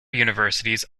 universities